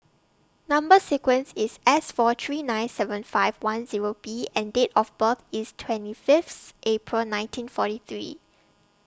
Number sequence IS S four three nine seven five one Zero B and Date of birth IS twenty Fifth April nineteen forty three